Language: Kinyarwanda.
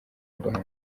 rwanda